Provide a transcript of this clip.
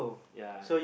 yeah